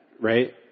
right